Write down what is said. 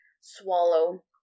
swallow